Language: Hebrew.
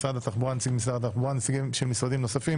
נציג משרד התחבורה ונציגי משרדים אחרים.